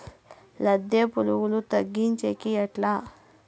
లద్దె పులుగులు తగ్గించేకి ఎట్లా?